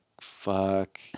fuck